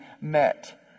met